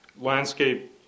landscape